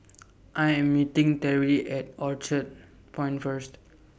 I Am meeting Teri At Orchard Point First